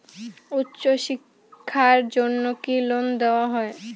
উচ্চশিক্ষার জন্য কি লোন দেওয়া হয়?